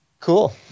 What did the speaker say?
Cool